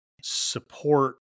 support